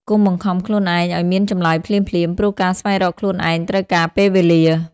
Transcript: កុំបង្ខំខ្លួនឯងឱ្យមានចម្លើយភ្លាមៗ ព្រោះការស្វែងរកខ្លួនឯងត្រូវការពេលវេលា។